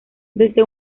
desde